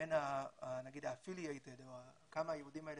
בין נגיד ה-affiliated או כמה היהודים האלה